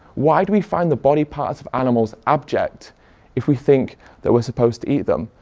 why do we find the body parts of animals abject if we think that we're supposed to eat them,